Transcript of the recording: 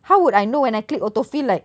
how would I know when I click auto fill like